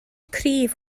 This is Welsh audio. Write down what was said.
cryf